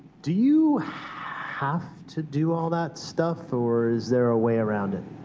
do you have to do all that stuff, or is there a way around it?